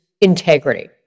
integrity